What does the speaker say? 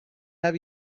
have